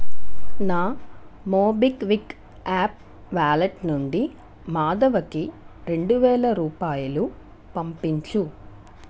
నా MobiKwik app wallet నుండి మాధవకి రెండు వేల రూపాయలు పంపించు